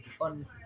on